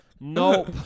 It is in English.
Nope